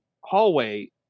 hallway